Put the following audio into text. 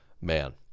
man